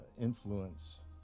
influence